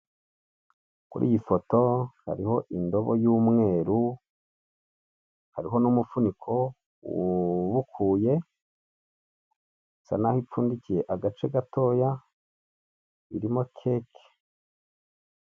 Kuri iyi foto hariho indobo y'umweru, hariho n'umufuniko wubukuye, isa n'aho ipfundikiye agace gatoya irimo keke,